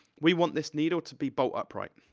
we want this needle to be bolt upright.